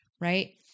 right